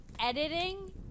editing